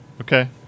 Okay